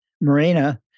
marina